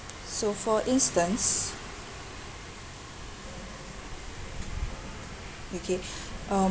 so for instance okay um